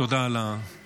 תודה על הגמישות.